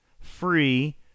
Free